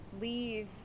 leave